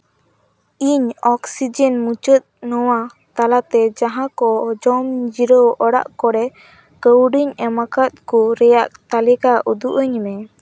ᱤᱧ ᱚᱠᱥᱤᱡᱮᱱ ᱢᱩᱪᱟᱹᱫ ᱱᱚᱣᱟ ᱛᱟᱞᱟᱛᱮ ᱡᱟᱦᱟ ᱠᱚ ᱡᱚᱢ ᱡᱤᱨᱟᱹᱣ ᱚᱲᱟᱜ ᱠᱚᱨᱮ ᱠᱟᱹᱣᱰᱤᱧ ᱮᱢᱟᱠᱟᱫ ᱠᱚ ᱨᱮᱭᱟᱜ ᱛᱟᱹᱞᱤᱠᱟ ᱩᱫᱩᱜ ᱟᱹᱧ ᱢᱮ